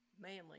Manly